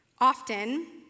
Often